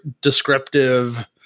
descriptive